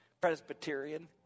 Presbyterian